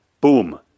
Boom